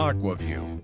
Aquaview